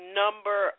number